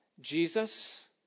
Jesus